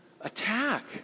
attack